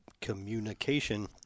Communication